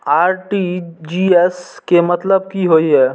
RTGS के मतलब की होय ये?